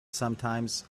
sometimes